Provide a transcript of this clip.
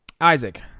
Isaac